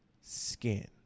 skin